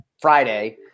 Friday